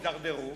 הידרדרו.